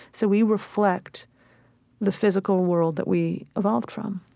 so we reflect the physical world that we evolved from.